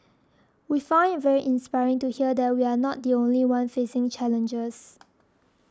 we found it very inspiring to hear that we are not the only one facing challenges